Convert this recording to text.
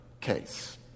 case